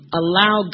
allow